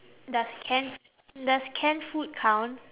does canned does canned food count